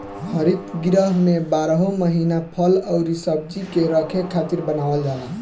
हरित गृह में बारहो महिना फल अउरी सब्जी के रखे खातिर बनावल जाला